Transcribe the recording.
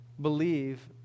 believe